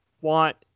want